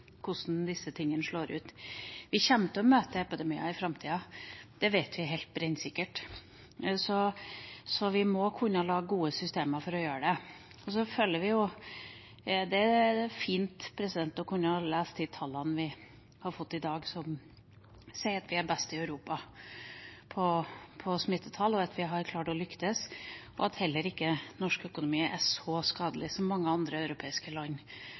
hvordan disse tingene slår ut. Vi kommer til å møte epidemier i framtida – det vet vi brennsikkert – så vi må kunne lage gode systemer for det. Det er fint å kunne lese om de tallene vi har fått i dag, som sier at vi er best i Europa på smittetall, at vi har klart å lykkes, og at norsk økonomi heller ikke er så skadet som mange andre europeiske land